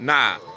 Nah